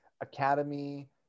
Academy